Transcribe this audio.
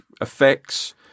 effects